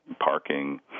parking